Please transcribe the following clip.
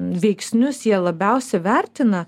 veiksnius jie labiausiai vertina